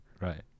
Right